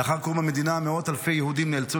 לאחר קום המדינה מאות אלפי יהודים נאלצו